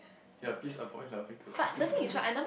ya please avoid laughing too loudly